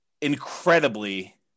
incredibly